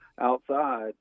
outside